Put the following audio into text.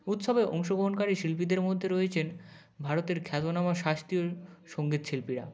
উৎসবে অংশগ্রহণকারী শিল্পীদের মধ্যে রয়েছেন ভারতের খ্যাতনামা শাস্ত্রীয় সঙ্গীত শিল্পীরা